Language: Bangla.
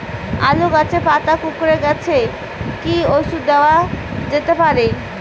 আলু গাছের পাতা কুকরে গেছে কি ঔষধ দেওয়া যেতে পারে?